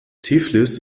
tiflis